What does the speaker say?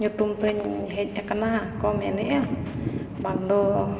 ᱧᱩᱛᱩᱢ ᱛᱤᱧ ᱦᱮᱡ ᱟᱠᱟᱱᱟ ᱠᱚ ᱢᱮᱱᱮᱜᱼᱟ ᱵᱟᱝ ᱫᱚ